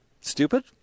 Stupid